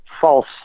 false